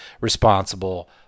responsible